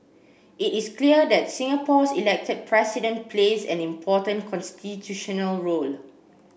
it is clear that Singapore's elected president plays an important constitutional role